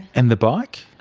and the bike?